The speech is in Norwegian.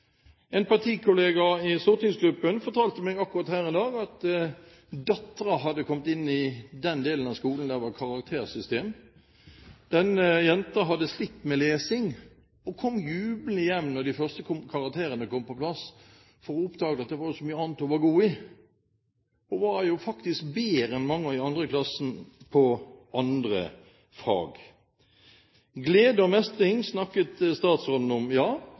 En partikollega i stortingsgruppen fortalte meg akkurat her en dag at datteren hadde kommet inn i den delen av skolen der det var karaktersystem. Denne jenta hadde slitt med lesing og kom jublende hjem da de første karakterene kom på plass, for hun oppdaget at det var så mye annet hun var god i. Hun var jo faktisk bedre enn mange av de andre i klassen i andre fag. Glede og mestring, snakket statsråden om. Ja,